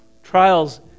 trials